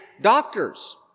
doctors